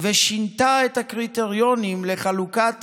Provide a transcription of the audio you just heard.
ושינתה את הקריטריונים לחלוקת